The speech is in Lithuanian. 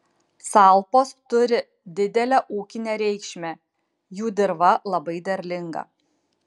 salpos turi didelę ūkinę reikšmę jų dirva labai derlinga